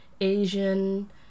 Asian